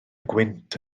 gwynt